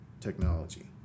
technology